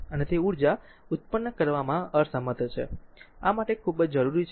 અને તે ઊર્જા ઉત્પન્ન કરવામાં અસમર્થ છે આ માટે ખૂબ જ જરૂરી છે